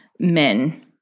men